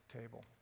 table